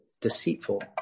deceitful